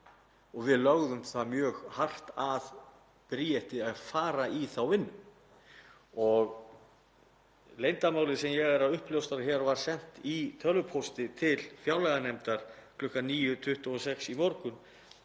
Við lögðum mjög hart að Bríeti að fara í þá vinnu. En leyndarmálið sem ég er að uppljóstra hér var sent í tölvupósti til fjárlaganefndar kl. 9.26 í morgun